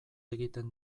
egiten